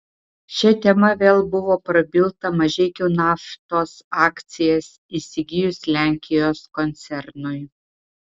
šia tema vėl buvo prabilta mažeikių naftos akcijas įsigijus lenkijos koncernui